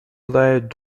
played